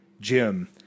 Jim